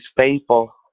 Faithful